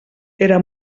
era